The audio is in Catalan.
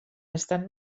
estan